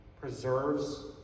Preserves